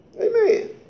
Amen